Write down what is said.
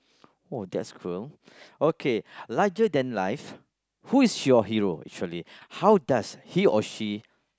oh that's cruel okay larger than life who is your hero actually how does he or she